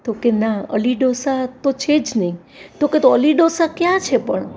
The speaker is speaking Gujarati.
તોકે ના અલી ડોસા તો છે જ નહીં તો કે તો અલી ડોસા ક્યાં છે પણ